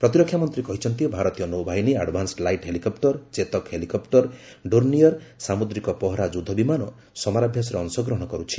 ପ୍ରତିରକ୍ଷାମନ୍ତ୍ରୀ କହିଚ୍ଚନ୍ତି ଭାରତୀୟ ନୌବାହିନୀ advanced light helicopter Chetak helicopter Dornier ସାମୁଦ୍ରିକ ପହରା ଯୁଦ୍ଧ ବିମାନ ସମରାଭ୍ୟାସରେ ଅଂଶଗ୍ରହଣ କରୁଛି